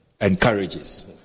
encourages